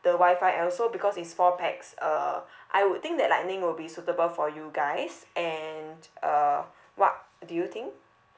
the wi-fi and also because is four pax uh I would think that lightning would be suitable for you guys and uh what do you think